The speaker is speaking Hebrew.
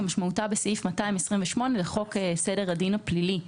כמשמעותה בסעיף 228 לחוק סדר הדין הפלילי,